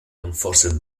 enforced